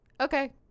Okay